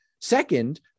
Second